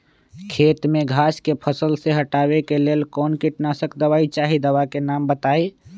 खेत में घास के फसल से हटावे के लेल कौन किटनाशक दवाई चाहि दवा का नाम बताआई?